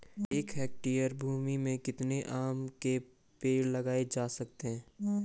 एक हेक्टेयर भूमि में कितने आम के पेड़ लगाए जा सकते हैं?